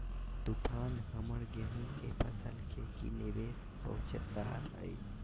तूफान हमर गेंहू के फसल के की निवेस पहुचैताय?